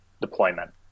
deployment